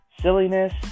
silliness